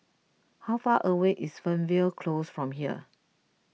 how far away is Fernvale Close from here